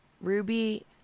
Ruby